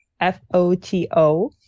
F-O-T-O